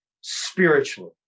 spiritually